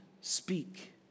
speak